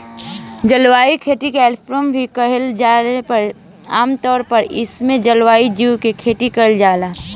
जलीय खेती के एक्वाफार्मिंग भी कहल जाला जवन आमतौर पर एइमे जलीय जीव के खेती कईल जाता